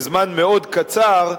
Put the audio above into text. בזמן מאוד קצר,